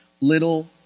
little